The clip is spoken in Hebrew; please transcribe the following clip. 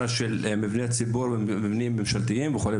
של מבני ציבור ומבנים ממשלתיים וכו',